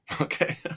Okay